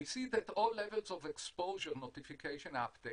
We see that all levels of exposure notification uptake